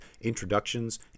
introductions